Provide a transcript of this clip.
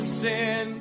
sin